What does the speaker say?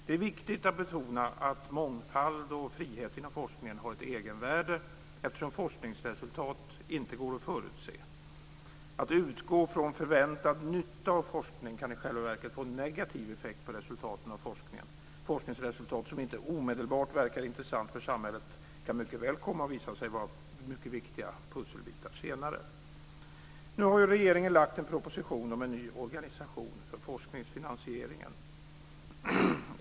Det är viktigt att betona att mångfald och frihet inom forskningen har ett egenvärde, eftersom forskningsresultat inte går att förutse. Att utgå från förväntad nytta av forskning kan i själva verket få en negativ effekt på resultaten av forskningen. Forskningsresultat som inte omedelbart verkar intressant för samhället kan komma att visa sig vara mycket viktiga pusselbitar senare. Regeringen har nu lagt fram en proposition om en ny organisation för forskningsfinansieringen.